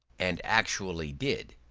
and actually did,